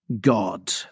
God